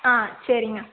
ஆ சரிங்க